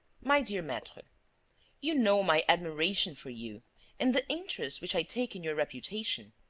my dear maitre you know my admiration for you and the interest which i take in your reputation.